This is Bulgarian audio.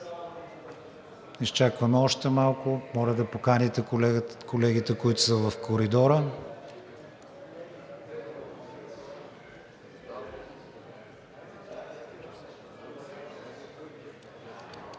изчакаме още малко, моля да поканите колегите, които са в коридора.